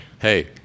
Hey